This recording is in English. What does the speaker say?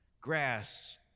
Grass